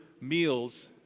meals